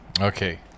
Okay